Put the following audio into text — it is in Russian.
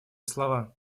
слова